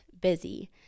busy